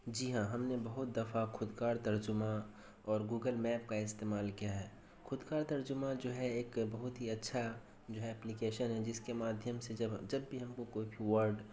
جی ہاں ہم نے بہت دفعہ خودکار ترجمہ اور گوگل میپ کا استعمال کیا ہے خودکار ترجمہ جو ہے ایک بہت ہی اچھا جو ہے اپلیکیشن ہے جس کے مادھیم سے جب بھی ہم کو کوئی بھی ورڈ